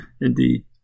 Indeed